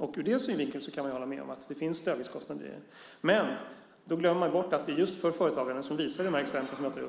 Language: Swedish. Ur den synvinkeln kan man hålla med om det finns dödviktskostnader. Men man glömmer bort att det just för företagarna